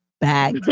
back